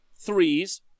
Threes